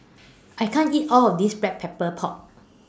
I can't eat All of This Black Pepper Pork